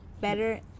better